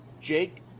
Jake